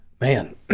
Man